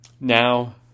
Now